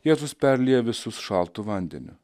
jėzus perlieja visus šaltu vandeniu